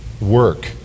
work